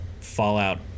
Fallout